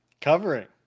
Covering